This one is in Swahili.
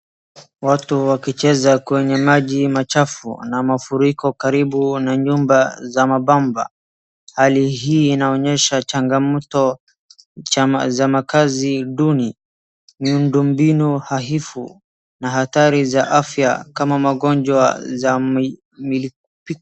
Watu wakicheza kwenye maji machafu na mafuriko karibu na nyumba za mabamba. Hali hii inaonyesha changamoto za makazi duni, miundumbinu haifu na hatari za afya kama magonjwa za milipuko.